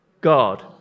God